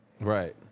Right